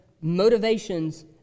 Motivations